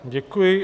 Děkuji.